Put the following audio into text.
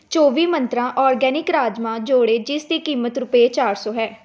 ਚੌਵੀ ਮੰਤਰਾਂ ਔਰਗੈਨਿਕ ਰਾਜਮਾਹ ਜੌੜੇ ਜਿਸ ਦੀ ਕੀਮਤ ਰੁਪਏ ਚਾਰ ਸੌ ਹੈ